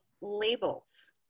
labels